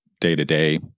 day-to-day